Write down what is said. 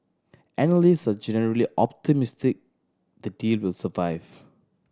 analyst are generally optimistic the deal will survive